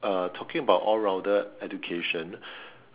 uh talking about all rounded education